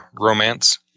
romance